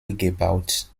gebaut